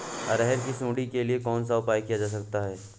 अरहर की सुंडी के लिए कौन सा उपाय किया जा सकता है?